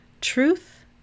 Truth